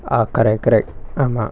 ah correct correct ஆமா:aamaa